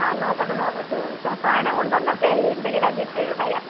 ആ നോക്കട്ടെ നോക്കട്ടെ സാനം കൊണ്ടുവന്നിട്ടേ എന്തെങ്കിലും അഡ്ജസ്റ്റ് ചെ യ്ത് തരാം